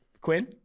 Quinn